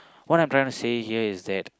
what I'm trying to say here is that